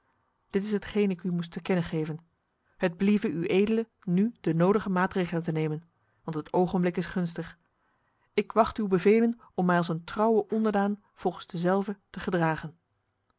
dit is hetgeen ik u moest te kennen geven het believe uedele nu de nodige maatregelen te nemen want het ogenblik is gunstig ik wacht uw bevelen om mij als een trouwe onderdaan volgens dezelve te gedragen